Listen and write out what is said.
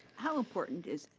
how important is,